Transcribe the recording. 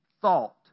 thought